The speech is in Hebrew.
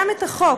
גם את החוק